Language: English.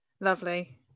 lovely